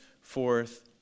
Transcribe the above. forth